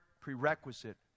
prerequisite